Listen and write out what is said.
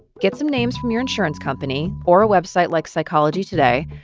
get some names from your insurance company or a website like psychology today,